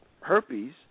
herpes